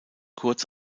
kurz